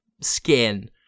skin